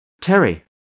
terry